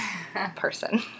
person